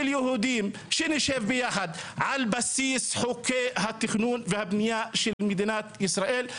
של יהודים שנשב יחד על בסיס חוקי התכנון והבנייה של מדינת ישראל,